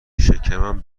شکمم